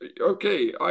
Okay